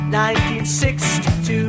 1962